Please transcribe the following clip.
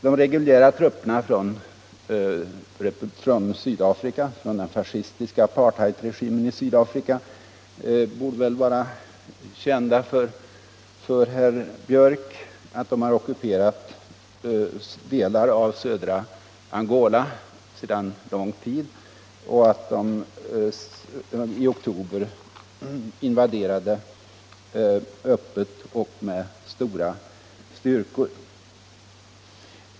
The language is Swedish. Att reguljära trupper från den fascistiska apartheidregimens Sydafrika sedan lång tid ockuperat delar av södra Angola borde väl vara känt för herr Björck, liksom att de i oktober öppet genomförde en invasion med stora styrkor.